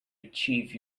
achieve